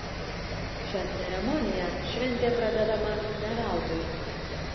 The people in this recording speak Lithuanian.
šia ceremonija šventė pradedama ne veltui